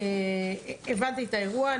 הבנתי את האירוע,